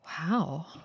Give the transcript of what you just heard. Wow